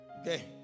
Okay